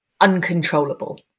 uncontrollable